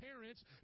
parents